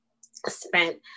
spent